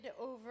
over